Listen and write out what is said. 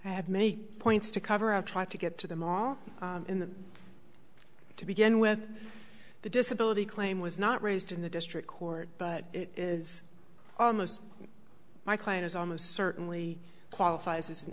i had many points to cover up trying to get to the mall in the to begin with the disability claim was not raised in the district court but it is almost my client is almost certainly qualifies as an